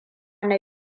na